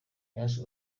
yaje